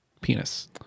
penis